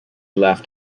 left